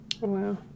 Wow